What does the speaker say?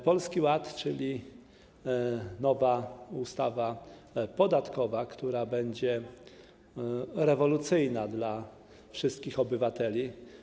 Polski Ład to nowa ustawa podatkowa, która będzie rewolucyjna dla wszystkich obywateli.